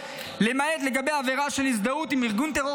למעט לגבי עבירה של הזדהות עם ארגון טרור